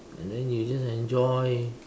and then you just enjoy